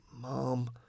Mom